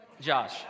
Josh